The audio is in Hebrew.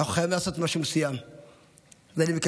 ואנחנו חייבים לעשות משהו מסוים.